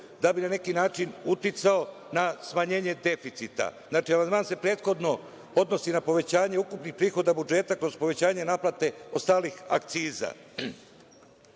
da bi na neki način uticao na smanjenje deficita. Amandman se prethodno odnosi na povećanje ukupnih prihoda budžeta kroz povećanje naplate ostalih